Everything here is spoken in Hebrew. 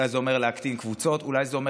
אולי זה אומר להקטין קבוצות ואולי זה אומר